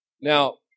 Now